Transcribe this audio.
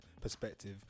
perspective